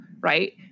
right